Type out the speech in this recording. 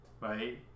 right